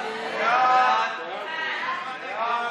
סעיפים 1 8 נתקבלו.